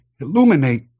illuminate